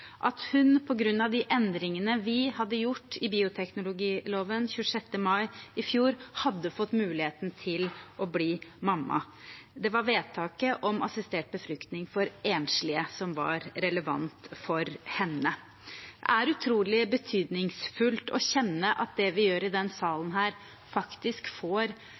at hun, på grunn av de endringene vi hadde gjort i bioteknologiloven den 26. mai i fjor, hadde fått mulighet til å bli mamma. Det var vedtaket om assistert befruktning for enslige som var relevant for henne. Det er utrolig betydningsfullt å kjenne at det vi gjør i denne salen, faktisk